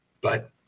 but-